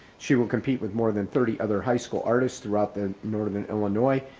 she will compete with more than thirty other high school artists throughout the northern illinois,